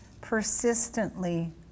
persistently